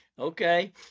okay